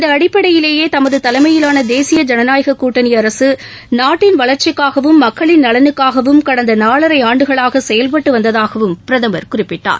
இந்த அடிப்படையிலேயே தமது தலைமையிலான தேசிய ஜனநாயக கூட்டணி அரசு நாட்டின் வளர்ச்சிக்காகவும் மக்களின் நலனுக்காகவும் கடந்த நாலரை ஆண்டுகளாக செயல்பட்டு வந்ததாகவும் பிரதமர் குறிப்பிட்டார்